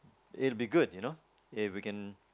it'll be good you know if we can